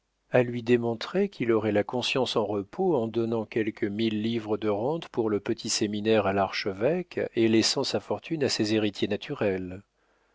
à lui démontrer qu'il aurait la conscience en repos en donnant quelques mille livres de rente pour le petit séminaire de l'archevêque et laissant sa fortune à ses héritiers naturels